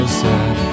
sad